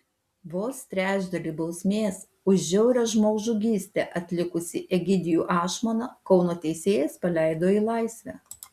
vos trečdalį bausmės už žiaurią žmogžudystę atlikusį egidijų ašmoną kauno teisėjas paleido į laisvę